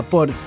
Por